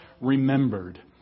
remembered